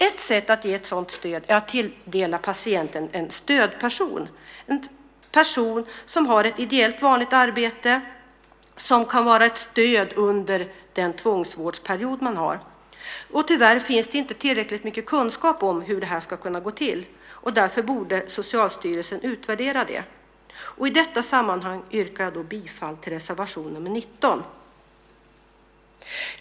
Ett sätt att ge ett sådant stöd är att tilldela patienten en stödperson, en vanlig person som arbetar ideellt, som kan vara ett stöd under den tvångsvårdsperiod man har. Tyvärr finns det inte tillräckligt mycket kunskap om hur det här ska kunna gå till. Därför borde Socialstyrelsen utvärdera det. Och i detta sammanhang yrkar jag bifall till reservation nr 19.